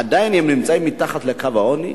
ועדיין הם נמצאים מתחת לקו העוני,